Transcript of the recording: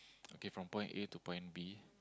okay from point A to point B